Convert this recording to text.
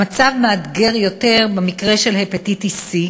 המצב מאתגר יותר במקרה של הפטיטיס C,